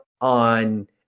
on